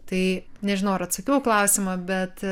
tai nežinau ar atsakiau klausimą bet